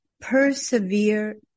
Persevere